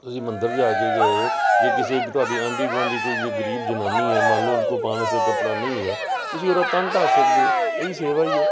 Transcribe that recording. ਤੁਸੀਂ ਮੰਦਰ ਜਾ ਕੇ ਗਏ ਜੇ ਕਿਸੇ ਇੱਕ ਤੁਹਾਡੀ ਆਂਢੀ ਗੁਆਂਢੀ ਕੋਈ ਜੇ ਗਰੀਬ ਜਨਾਨੀ ਹੈ ਮੰਨ ਲਓ ਉਹਨਾਂ ਕੋਲ ਪਾਉਣ ਵਾਸਤੇ ਕੱਪੜਾ ਨਹੀਂ ਹੈਗਾ ਤੁਸੀਂ ਉਹਦਾ ਤਨ ਢੱਕ ਸਕਦੇ ਹੋ ਇਹ ਵੀ ਸੇਵਾ ਹੀ ਹੈ